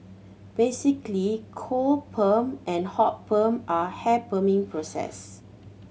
basically cold perm and hot perm are hair perming processes